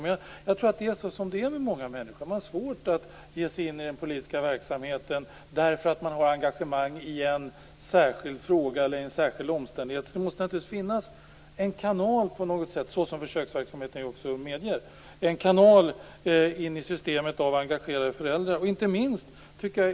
Men jag tror att det är här som det är med många människor, man har svårt att ge sig in i den politiska verksamheten på grund av att man har engagemang i en särskild fråga eller i en särskild omständighet. Det måste naturligtvis på något sätt finnas en kanal in i systemet för engagerade föräldrar, vilket också försöksverksamheten medger.